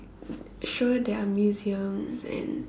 sure there are museums and